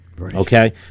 Okay